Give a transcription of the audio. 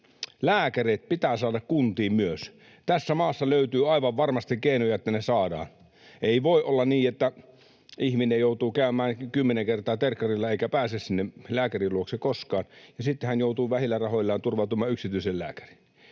lääkäreitä pitää saada kuntiin. Tässä maassa löytyy aivan varmasti keinoja, että ne saadaan. Ei voi olla niin, että ihminen joutuu käymään kymmenen kertaa terkkarilla eikä pääse sinne lääkärin luokse koskaan ja sitten hän joutuu vähillä rahoillaan turvautumaan yksityiseen lääkäriin.